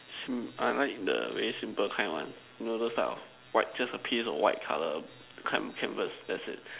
I like the very simple kind one you know those type of white just a piece of white colour can canvas that's it